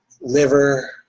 liver